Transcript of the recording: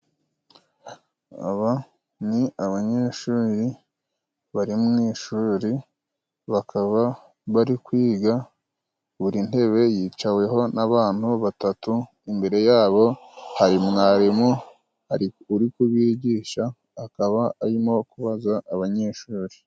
Aba ni abanyeshuri bari mu ishuri bakaba bari kwiga. Buri ntebe yicaweho n'abantu batatu, imbere yabo hari mwarimu ari uri kubigisha, akaba arimo kubaza abanyeshuri.